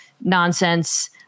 nonsense